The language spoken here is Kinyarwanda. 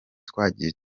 twagiye